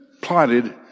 plotted